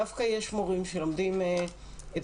דווקא יש מורים שלומדים אצלנו,